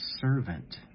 servant